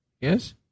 Yes